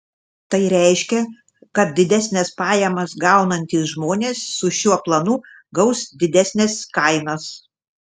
tai reiškia kad didesnes pajamas gaunantys žmonės su šiuo planu gaus didesnes kainas